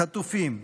חטופים,